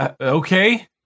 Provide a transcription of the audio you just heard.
okay